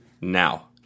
now